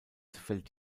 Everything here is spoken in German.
fällt